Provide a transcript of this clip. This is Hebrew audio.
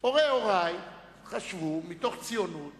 הורי-הורי חשבו, מתוך ציונות